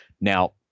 Now